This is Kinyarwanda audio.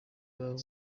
babo